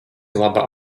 laba